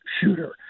shooter